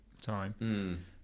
time